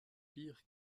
pire